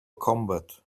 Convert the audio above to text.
combat